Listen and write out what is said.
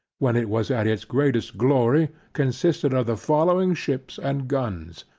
when it was as its greatest glory consisted of the following ships and guns.